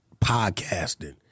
podcasting